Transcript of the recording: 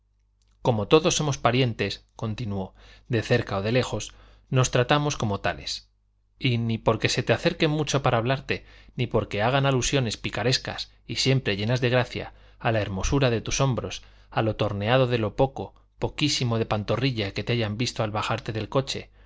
como todos somos parientes continuó de cerca o de lejos nos tratamos como tales y ni porque se te acerquen mucho para hablarte ni porque hagan alusiones picarescas y siempre llenas de gracia a la hermosura de tus hombros a lo torneado de lo poco poquísimo de pantorrilla que te hayan visto al bajarte del coche